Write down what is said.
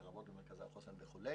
לרבות במרכזי החוסן וכו'.